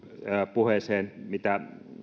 puheeseen siitä mitä